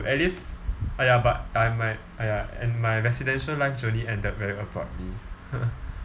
at least !aiya! but I might !aiya! and my residential life journey ended very abruptly